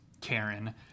Karen